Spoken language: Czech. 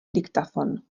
diktafon